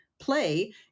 play